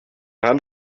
hand